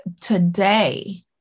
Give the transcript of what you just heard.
today